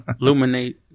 Illuminate